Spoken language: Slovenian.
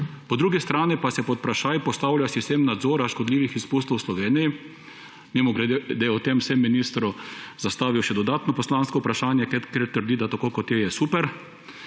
po drugi strani pa se pod vprašaj postavlja sistem nadzora škodljivih izpustov v Sloveniji« – mimogrede o tem sem ministru zastavil še dodatno poslansko vprašanje, ker trdi, da tako, kot je, je super«